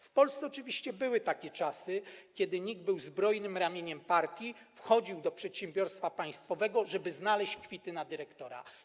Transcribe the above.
W Polsce oczywiście były takie czasy, kiedy NIK był zbrojnym ramieniem partii, wchodził do przedsiębiorstwa państwowego, żeby znaleźć kwity na dyrektora.